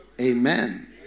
Amen